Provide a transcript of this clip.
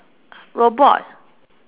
robot